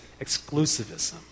exclusivism